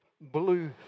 blue